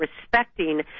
respecting